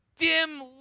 dim